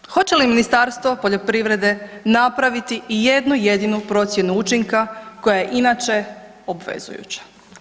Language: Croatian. I na kraju, hoće li Ministarstvo poljoprivrede napraviti i jednu jedinu procjenu učinka koja je inače obvezujuća?